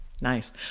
Nice